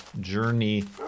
Journey